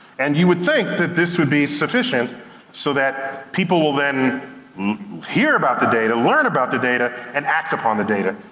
and you would think, that this would be sufficient so that people will then hear about the data, learn about the data, and act upon the data,